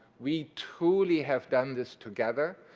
we truly have done this together.